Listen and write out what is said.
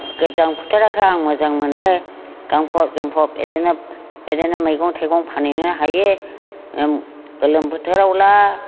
गोजां बोथोरखौ आं मोजां मोनो गानफब जोमफब बेदिनो बेदिनो मैगं थाइगं फानहैनो हायो गोलोम बोथोरावब्ला